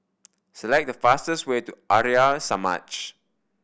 select the fastest way to Arya Samaj